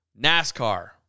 NASCAR